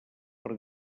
per